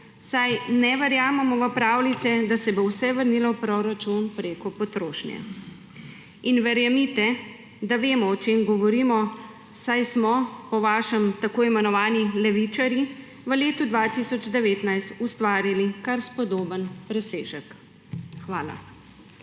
saj ne verjamemo v pravljice in da se bo vse vrnilo v proračun preko potrošnje. In verjemite, da vemo, o čem govorimo, saj smo po vašem tako imenovani levičarji v letu 2019 ustvarili kar spodoben presežek. Hvala.